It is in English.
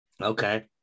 Okay